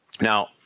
Now